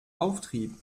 auftrieb